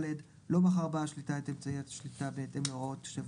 12/ד'.לא מכר בעל השליטה את אמצעי השליטה בהתאם להוראות של יושב